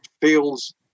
feels